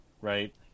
Right